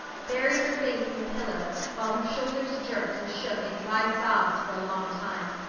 buried her face in the pillow while her shoulders jerked and shook in dry sobs for a long time.